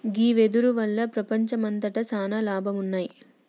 గీ వెదురు వల్ల ప్రపంచంమంతట సాన లాభాలున్నాయి